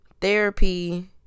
therapy